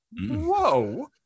whoa